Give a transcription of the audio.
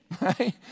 right